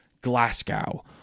Glasgow